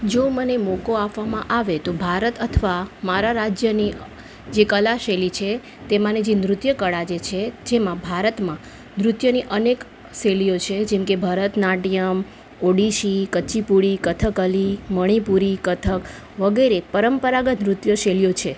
જો મને મોકો આપવામાં આવે તો ભારત અથવા મારા રાજ્યની જે કલા શૈલી છે તેમાની જે નૃત્ય કળા જે છે જેમાં ભારતમાં નૃત્યની અનેક શૈલીઓ છે જેમ કે ભરતનાટ્યમ્ ઓડીશી કુચીપૂડી કથકલી મણિપુરી કથક વગેરે પરંપરાગત નૃત્ય શૈલીઓ છે